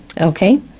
Okay